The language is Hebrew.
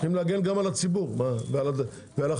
צריכים להגן גם על הציבור ועל החקלאים.